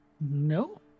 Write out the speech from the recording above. No